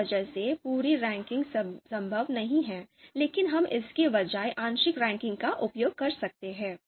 इस वजह से पूरी रैंकिंग संभव नहीं है लेकिन हम इसके बजाय आंशिक रैंकिंग का उपयोग कर सकते हैं